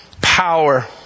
Power